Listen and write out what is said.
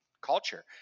culture